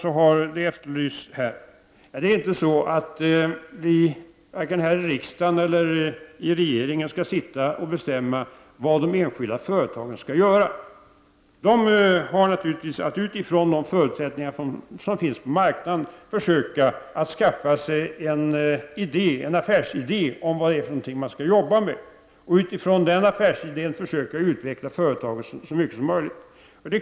Nu är det inte så att vi, varken här i riksdagen eller i regeringen, skall sitta och bestämma vad de enskilda företagen skall göra. De har naturligtvis att utifrån de förutsättningar som föreligger på marknaden försöka skaffa sig en affärsidé att arbeta utifrån och försöka utveckla företaget så mycket som möjligt.